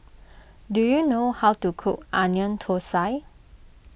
do you know how to cook Onion Thosai